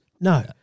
No